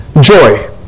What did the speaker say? Joy